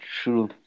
true